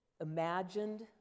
imagined